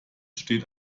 steht